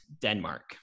Denmark